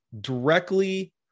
directly